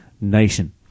nation